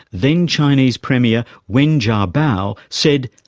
then chinese premier wen jiabao said,